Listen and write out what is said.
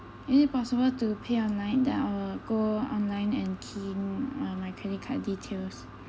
is it possible to pay online then I will go online and key in my my credit card details